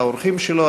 לאורחים שלו,